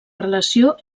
relació